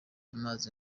amazi